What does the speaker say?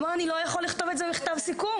הוא אמר: אני לא יכול לכתוב את זה במכתב סיכום.